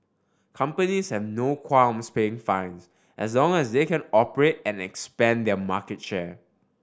companies have no qualms paying fines as long as they can operate and expand their market share